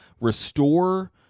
restore